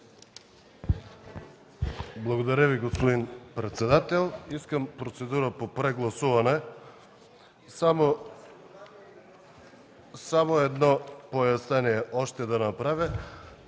Благодаря Ви, господин председател. Искам процедура по прегласуване. Само едно пояснение още да направя.